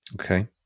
Okay